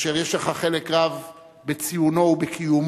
אשר יש לך חלק רב בציונו ובקיומו,